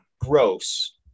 gross